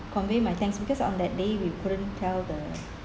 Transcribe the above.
convey my thanks because on that day we couldn't tell the